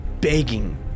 begging